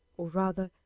or, rather,